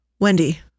Wendy